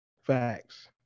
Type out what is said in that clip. Facts